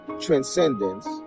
transcendence